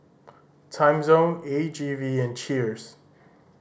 Timezone A G V and Cheers